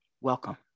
Welcome